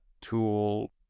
tool